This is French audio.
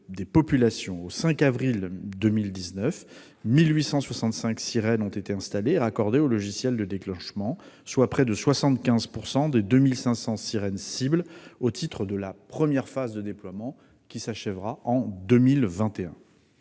des populations, au 5 avril 2019, 1 865 sirènes ont été installées et raccordées au logiciel de déclenchement, soit près de 75 % du contingent cible de 2 500 sirènes fixé au titre de la première phase de déploiement qui s'achèvera en 2021.